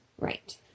Right